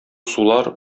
сулар